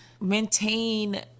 maintain